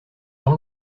jean